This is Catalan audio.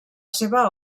seva